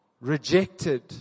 rejected